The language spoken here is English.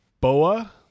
Boa